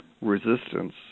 resistance